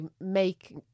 make